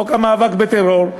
חוק המאבק בטרור,